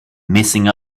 messing